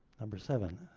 number seven.